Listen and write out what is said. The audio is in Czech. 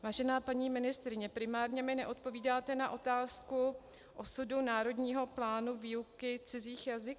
Vážená paní ministryně, primárně mi neodpovídáte na otázku osudu národního plánu výuky cizích jazyků.